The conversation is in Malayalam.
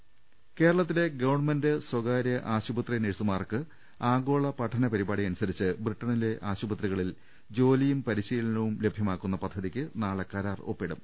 രദ്ദേഷ്ടങ കേരളത്തിലെ ഗവൺമെന്റ് സ്വകാര്യ ആശുപത്രി നഴ്സുമാർക്ക് ആഗോള പഠന പരിപാടിയനുസരിച്ച് ബ്രിട്ടണിലെ ആശുപത്രികളിൽ ജോലിയും പരി ശീലനവും ലഭ്യമാക്കുന്ന പദ്ധതിക്ക് നാളെ കരാർ ഒപ്പിട്ടും